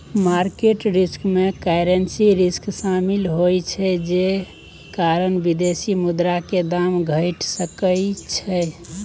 market risk में currency risk शामिल होइ छइ जे कारण विदेशी मुद्रा के दाम घइट सकइ छइ